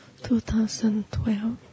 2012